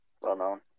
well-known